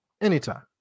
anytime